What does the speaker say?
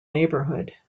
neighborhood